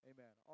Amen